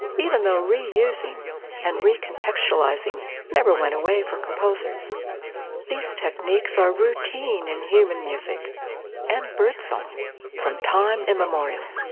even though re-using and re-contextualising never went away for composers these techniques are routine in human music and birdsong from time immemorial.